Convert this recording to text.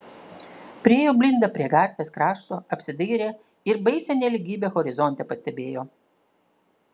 priėjo blinda prie gatvės krašto apsidairė ir baisią nelygybę horizonte pastebėjo